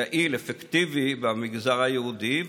יעיל ואפקטיבי במגזר היהודי.